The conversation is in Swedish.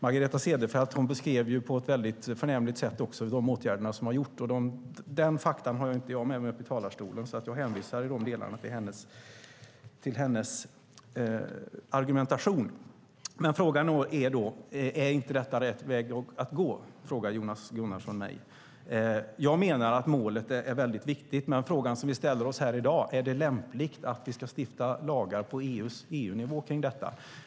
Margareta Cederfelt beskrev på ett förnämligt sätt de åtgärder som vidtagits. De fakta har jag inte med mig, så jag hänvisar i de delarna till hennes argumentation. Är inte detta rätt väg att gå? frågar Jonas Gunnarsson mig. Jag menar att målet är viktigt. Den fråga som vi ställer oss här i dag: Är det lämpligt att vi ska stifta lagar på EU-nivå kring detta?